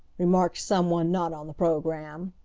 remarked someone not on the programme.